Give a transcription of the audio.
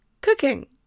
Cooking